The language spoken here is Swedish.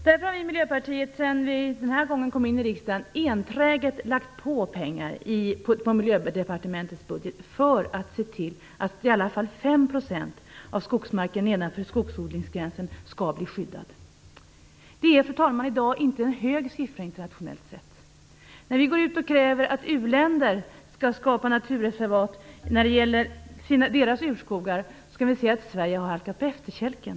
Därför har vi i Miljöpartiet, sedan vi kom in i riksdagen på nytt, enträget lagt på pengar på Miljödepartementets budget för att se till att i alla fall 5 % av skogsmarken nedanför skogsodlingsgränsen skall skyddas. Fru talman! 5 % är i dag inte en hög siffra, internationellt sett. Om vi jämför med de krav vi ställer på u-länder att de skall skapa naturreservat av sina urskogar kan vi se att Sverige har kommit på efterkälken.